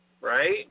Right